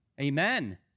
amen